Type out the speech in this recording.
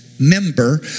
Member